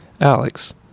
Alex